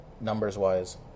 numbers-wise